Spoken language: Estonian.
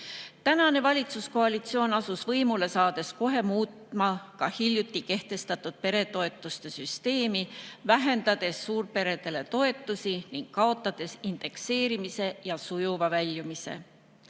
Tänane valitsuskoalitsioon asus võimule saades kohe muutma ka hiljuti kehtestatud peretoetuste süsteemi, vähendades suurperede toetusi ning kaotades indekseerimise ja sujuva väljumise.